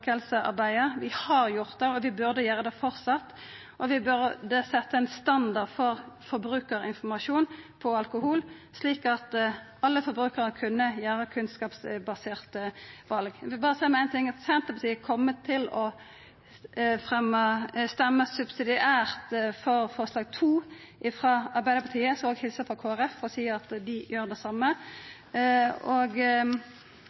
folkehelsearbeidet. Vi har gjort det, og vi burde framleis gjera det, og vi bør setja ein standard for forbrukarinformasjon på alkohol, slik at alle forbrukarar kan gjera kunnskapsbaserte val. Senterpartiet kjem til å stemma subsidiært for forslag nr. 2, frå Arbeidarpartiet og Venstre. Eg skal òg helsa frå Kristeleg Folkeparti og seia at dei gjer det